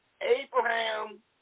Abraham